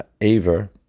Aver